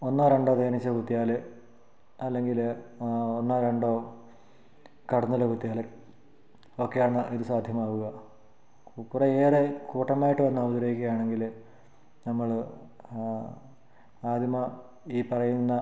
ഒന്നോ രണ്ടോ തേനീച്ച കുത്തിയാൽ അല്ലെങ്കിൽ ഒന്നോ രണ്ടോ കടന്നൽ കുത്തിയാൽ ഒക്കെയാണ് ഇത് സാധ്യമാവുക കുറേയേറേ കൂട്ടമായിട്ട് വന്നു ഉപദ്രവിക്കയാണെങ്കിൽ നമ്മൾ ആദ്യമാണ് ഈ പറയുന്നത്